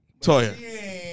Toya